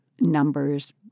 Numbers